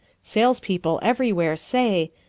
sales people everywhere say,